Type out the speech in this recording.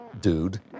dude